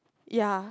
ya